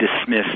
dismiss